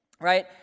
right